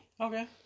Okay